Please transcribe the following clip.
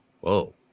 Whoa